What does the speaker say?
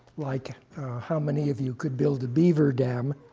like how many of you could build a beaver dam